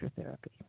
therapy